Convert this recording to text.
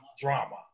drama